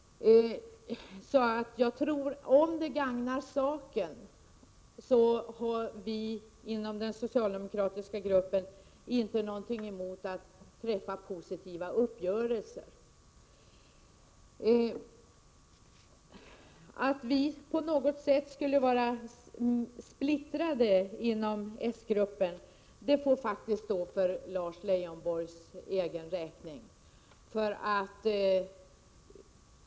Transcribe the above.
Om det gagnar saken, har vi inom den socialdemokra 23 mars 1988 tiska gruppen inte någonting emot att träffa positiva uppgörelser. Att vi på något sätt skulle vara splittrade inom s-gruppen får faktiskt stå för Lars Leijonborgs egen räkning.